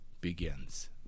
begins